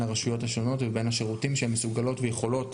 הרשויות השונות ובין השירותים שהן מסוגלות ויכולות